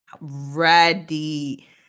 ready